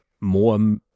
more